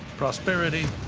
prosperity,